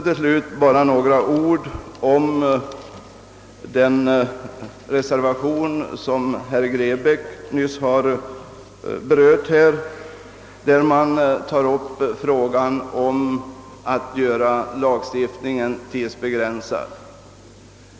Till slut några ord om den reservation som herr Grebäck nyss berörde och som tar upp frågan om att göra lagen tidsbegränsad.